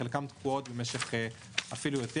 וחלקם תקועות אפילו יותר,